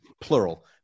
plural –